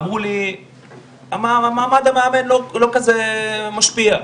אמרו לי בארץ המאמן לא כזה משפיע.